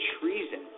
treason